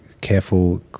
Careful